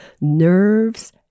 Nerves